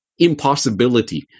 impossibility